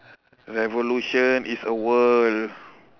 revolution is a world